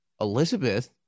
Elizabeth